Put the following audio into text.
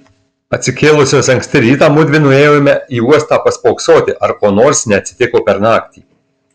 atsikėlusios anksti rytą mudvi nuėjome į uostą paspoksoti ar ko nors neatsitiko per naktį